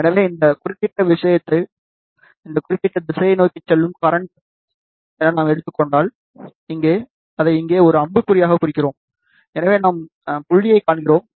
எனவே இந்த குறிப்பிட்ட விஷயத்தை இந்த குறிப்பிட்ட திசையை நோக்கி செல்லும் கரண்ட் என நாம் எடுத்துக் கொள்ளாவிட்டால் அதை இங்கே ஒரு அம்புக்குறியாகக் குறிக்கிறோம் எனவே நாம் புள்ளியைக் காண்கிறோம்